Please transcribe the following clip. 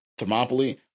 Thermopylae